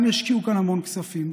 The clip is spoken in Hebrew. גם ישקיעו כאן המון כספים,